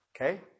okay